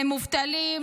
למובטלים,